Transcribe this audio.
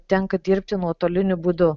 tenka dirbti nuotoliniu būdu